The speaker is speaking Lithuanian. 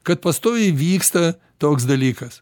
kad pastoviai vyksta toks dalykas